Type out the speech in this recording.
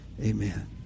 Amen